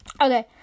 Okay